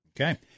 Okay